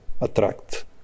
attract